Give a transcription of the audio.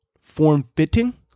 form-fitting